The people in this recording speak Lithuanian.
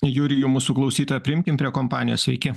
jurijų mūsų klausytoją priimkim prie kompanijos sveiki